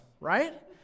right